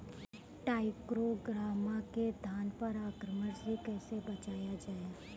टाइक्रोग्रामा के धान पर आक्रमण से कैसे बचाया जाए?